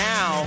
Now